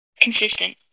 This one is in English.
consistent